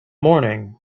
morning